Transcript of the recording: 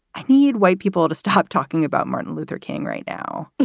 i need white people to stop talking about martin luther king right now